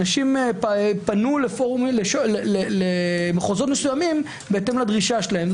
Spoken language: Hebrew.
אנשים פנו למחוזות מסוימים בהתאם לדרישה שלהם.